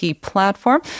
platform